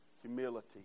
humility